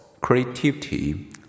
creativity